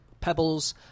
pebbles